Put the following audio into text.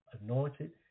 Anointed